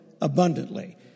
abundantly